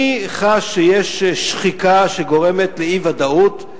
אני חש שיש שחיקה שגורמת לאי-ודאות,